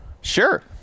Sure